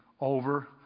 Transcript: over